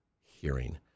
hearing